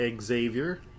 Xavier